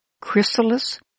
chrysalis